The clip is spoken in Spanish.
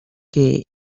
que